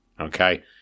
okay